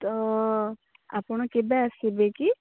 ତ ଆପଣ କେବେ ଆସିବେ କି